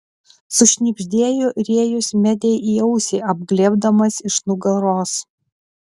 sušnibždėjo rėjus medei į ausį apglėbdamas iš nugaros